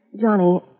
Johnny